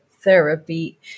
therapy